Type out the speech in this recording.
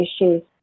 issues